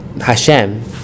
Hashem